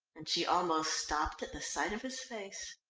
and she almost stopped at the sight of his face.